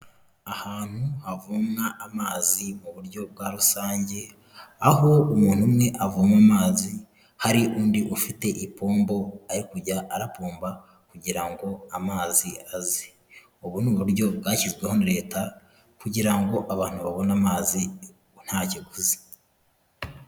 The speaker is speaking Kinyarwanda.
Ahantu havomwa amazi mu buryo bwa rusange aho umuntu umwe avoma amazi hari undi ufite ipombo ari kujya arapomba kugira ngo amazi aze, ubu ni uburyo bwashyizweho na leta kugira ngo abantu babone amazi nta kiguzi.